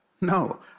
No